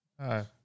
hi